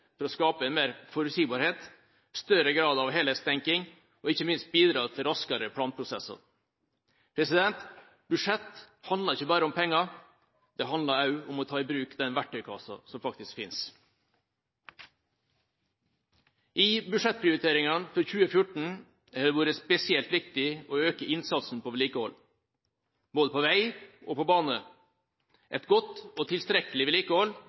for å skape mer forutsigbarhet, større grad av helhetstenking og ikke minst bidra til raskere planprosesser. Budsjett handler ikke bare om penger, det handler også om å ta i bruk den verktøykassen som faktisk finnes. I budsjettprioriteringene for 2014 har det vært spesielt viktig å øke innsatsen på vedlikehold, både på vei og på bane. Et godt og tilstrekkelig vedlikehold